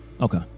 Okay